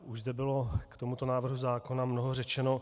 Už zde bylo k tomuto návrhu zákona mnoho řečeno.